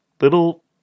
little